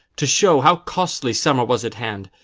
to show how costly summer was at hand,